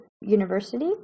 university